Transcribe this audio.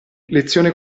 lezione